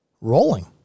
rolling